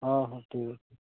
ଓହୋ ଠିକ୍ ଅଛି